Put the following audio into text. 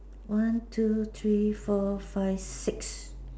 one two three four five six